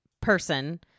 person